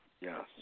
Yes